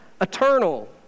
eternal